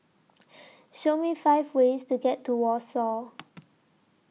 Show Me five ways to get to Warsaw